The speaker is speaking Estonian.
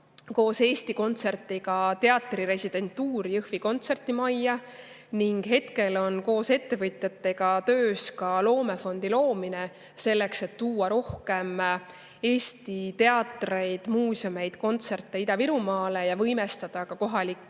koos Eesti Kontserdiga teatriresidentuur Jõhvi kontserdimajja. Hetkel on koos ettevõtjatega töös ka loomefondi loomine selleks, et tuua rohkem Eesti teatreid, muuseume, kontserte Ida-Virumaale ja võimestada ka kohalikke